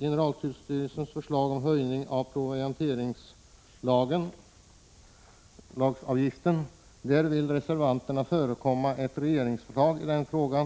generaltullstyrelsens förslag om en höjning av provianteringslageravgiften. Där vill reservanterna förekomma ett regeringsförslag i frågan.